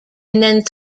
then